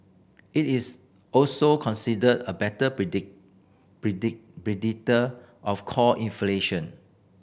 it is also considered a better predict predict predictor of core inflation